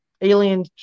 alien